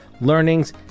learnings